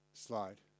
slide